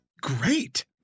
great